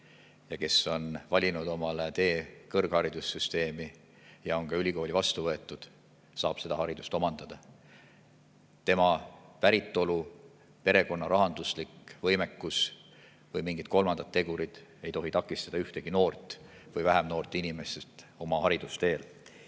ja kes on valinud omale tee kõrgharidussüsteemi ja on ka ülikooli vastu võetud, saab seda haridust omandada. Tema päritolu, perekonna rahanduslik võimekus või mingid kolmandad tegurid ei tohi takistada ühtegi noort või vähem noort inimest oma haridusteel.